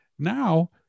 Now